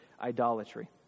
idolatry